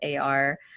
AR